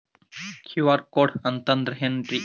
QR code ಅಂತಂದ್ರ ಏನ್ರೀ?